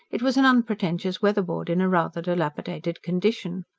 it was an unpretentious weather-board in a rather dilapidated condition.